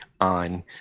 on